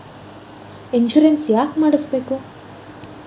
Insurance ಯಾಕ್ ಮಾಡಿಸಬೇಕು?